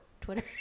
Twitter